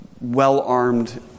well-armed